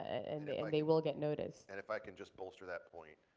and they will get noticed. and if i can just bolster that point.